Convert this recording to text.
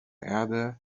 erde